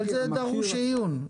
זה דרוש עיון.